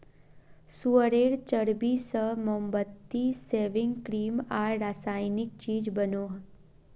सुअरेर चर्बी से मोमबत्ती, सेविंग क्रीम आर रासायनिक चीज़ बनोह